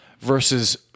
versus